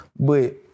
But-